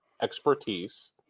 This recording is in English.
expertise